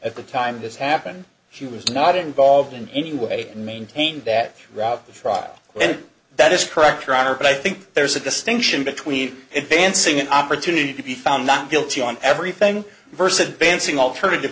at the time this happened she was not involved in any way maintained that route the trial and that is correct your honor but i think there's a distinction between advancing an opportunity to be found not guilty on everything verse advancing alternative